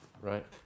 right